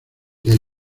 the